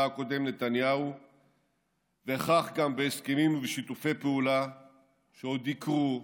הקודם נתניהו וכך גם בהסכמים ובשיתופי פעולה שעוד יקרו,